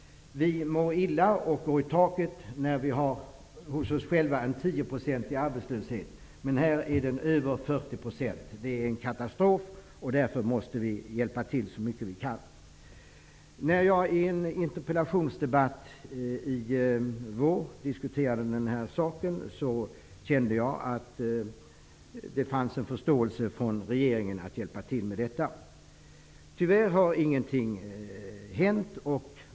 Vi mår illa och går i taket när vi hos oss själva har en arbetslöshet på 10 %, men här är den över 40 %. Det är en katastrof. Därför måste vi hjälpa till så mycket vi kan. När jag i en interpellationsdebatt i vår diskuterade denna fråga kände jag att det fanns en förståelse från regeringen för att hjälpa till med detta. Tyvärr har ingenting hänt.